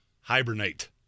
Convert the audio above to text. hibernate